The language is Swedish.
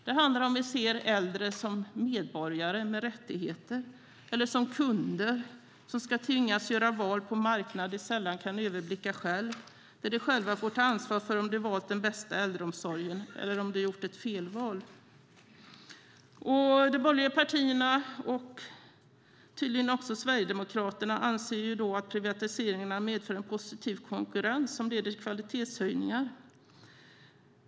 Det handlar om huruvida vi ser äldre som medborgare med rättigheter eller som kunder som ska tvingas göra val på en marknad de sällan kan överblicka själva, där de själva får ta ansvar för om de har valt den bästa äldreomsorgen eller om de har gjort ett felval. De borgerliga partierna och tydligen också Sverigedemokraterna anser att privatiseringen har medfört en positiv konkurrens som leder till kvalitetshöjningar.